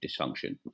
dysfunction